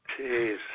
Jeez